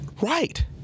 right